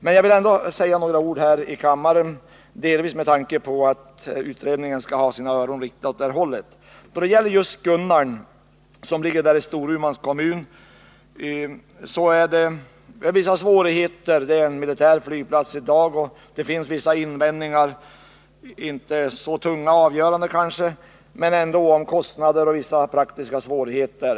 Men jag vill ändå säga några ord här i kammaren, delvis med tanke på att utredningen skall ha sina öron riktade åt det här hållet. Då det gäller just Gunnarn, som ligger i Storumans kommun, finns det vissa svårigheter. Det är i dag en militär flygplats, och det finns vissa invändningar — kanske inte så tunga och avgörande, men ändå invändningar — på grund av kostnader och vissa praktiska svårigheter.